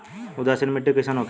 उदासीन मिट्टी कईसन होखेला?